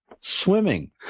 Swimming